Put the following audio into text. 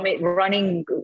running